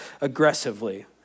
aggressively